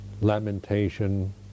lamentation